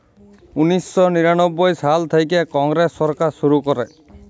উনিশ শ নিরানব্বই সাল থ্যাইকে কংগ্রেস সরকার শুরু ক্যরে